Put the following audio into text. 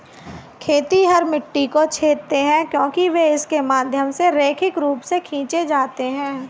खेतिहर मिट्टी को छेदते हैं क्योंकि वे इसके माध्यम से रैखिक रूप से खींचे जाते हैं